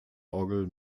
orgel